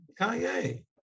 Kanye